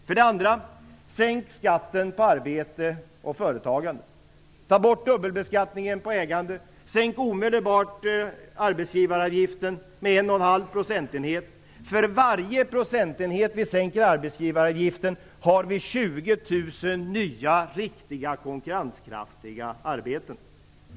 För det andra: Sänk skatten på arbete och företagande. Ta bort dubbelbeskattningen på ägandet. Sänk omedelbart arbetsgivaravgiften med en och en halv procentenhet. För varje procentenhet som vi sänker arbetsgivaravgiften med har vi 20 000 nya, riktiga, konkurrenskraftiga arbeten.